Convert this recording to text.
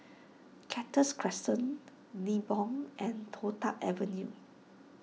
Cactus Crescent Nibong and Toh Tuck Avenue